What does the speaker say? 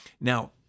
Now